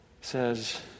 says